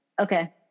Okay